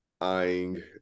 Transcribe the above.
eyeing